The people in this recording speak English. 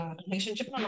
relationship